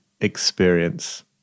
experience